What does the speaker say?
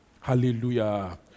Hallelujah